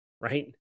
right